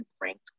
ranked